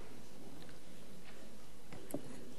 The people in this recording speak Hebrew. כבוד נשיא המדינה,